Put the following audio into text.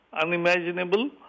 unimaginable